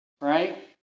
right